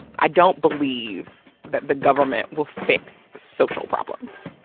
i don't believe that the government will fix social problems.